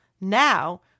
Now